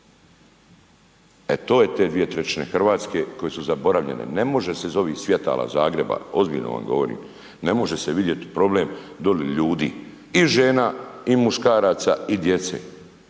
E to je te 2/3 Hrvatske koje su zaboravljene, ne može se iz ovih svjetala Zagreba, ozbiljno vam govorim, ne može se vidjeti problem doli ljudi i žena i muškaraca i djece.